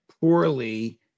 poorly